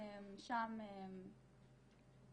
חשבתי